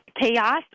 chaos